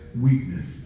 weakness